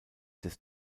des